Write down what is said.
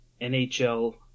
NHL